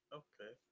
okay